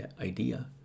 idea